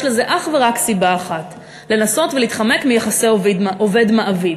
לזה אך ורק סיבה אחת: לנסות ולהתחמק מיחסי עובד מעביד.